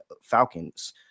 Falcons